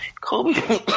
Kobe